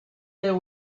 there